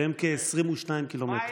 שהם כ-22 ק"מ.